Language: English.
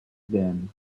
again